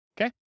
Okay